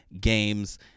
games